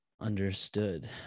understood